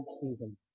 season